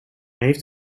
heeft